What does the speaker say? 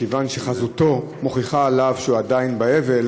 מכיוון שחזותו מוכיחה עליו שהוא עדיין באבל,